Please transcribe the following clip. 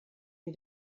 wie